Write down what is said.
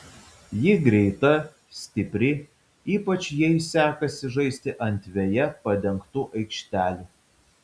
ji greita stipri ypač jai sekasi žaisti ant veja padengtų aikštelių